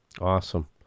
Awesome